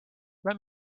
let